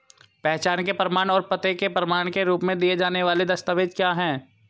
पहचान के प्रमाण और पते के प्रमाण के रूप में दिए जाने वाले दस्तावेज क्या हैं?